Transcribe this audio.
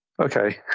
Okay